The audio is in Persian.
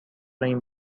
این